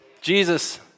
Jesus